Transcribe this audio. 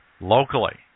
locally